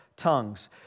tongues